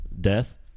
death